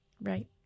right